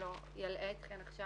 אני לא אלאה אתכן עכשיו.